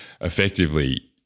effectively